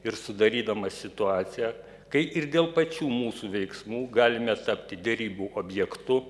ir sudarydama situaciją kai ir dėl pačių mūsų veiksmų galime tapti derybų objektu